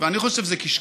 אני חושב שזה קשקוש,